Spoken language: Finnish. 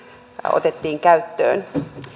otettiin käyttöön